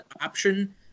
option